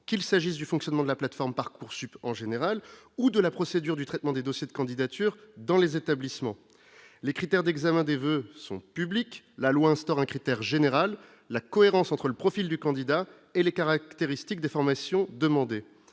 qu'il s'agisse du fonctionnement de la plateforme Parcoursup en général ou de la procédure du traitement des dossiers de candidature dans les établissements, les critères d'examen des voeux son public : la loi instaure un critère général la cohérence entre le profil du candidat et les caractéristiques de formation alors